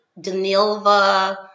Danilva